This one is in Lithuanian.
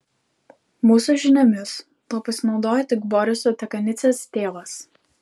mūsų žiniomis tuo pasinaudojo tik boriso dekanidzės tėvas